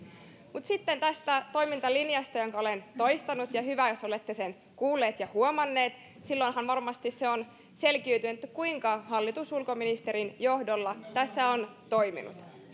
sitten tästä toimintalinjasta jonka olen toistanut hyvä jos olette sen kuullut ja huomannut silloinhan varmasti on selkiytynyt kuinka hallitus ulkoministerin johdolla tässä on toiminut